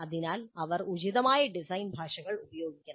അതിനാൽ അവർ ഉചിതമായ ഡിസൈൻ ഭാഷകൾ ഉപയോഗിക്കണം